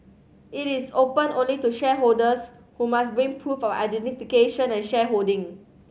it is open only to shareholders who must bring proof of identification and shareholding